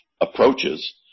approaches